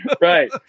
Right